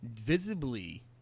visibly